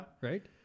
Right